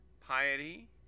piety